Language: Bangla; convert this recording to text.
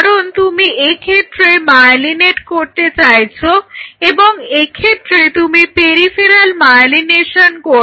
কারণ তুমি এক্ষেত্রে মায়েলিনেট করতে চাইছো এবং এক্ষেত্রে তুমি পেরিফেরাল মায়েলিনেশন করবে